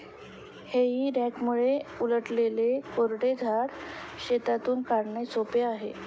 हेई रॅकमुळे उलटलेले कोरडे झाड शेतातून काढणे सोपे आहे